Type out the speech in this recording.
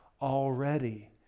already